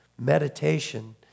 Meditation